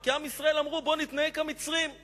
כי עם ישראל אמרו: בואו נתנהג כמצרים,